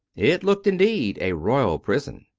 it looked, indeed, a royal prison.